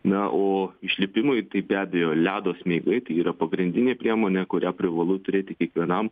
na o išlipimui tai be abejo ledo smeigai yra pagrindinė priemonė kurią privalu turėti kiekvienam